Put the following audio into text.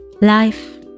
Life